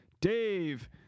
Dave